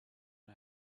and